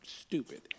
stupid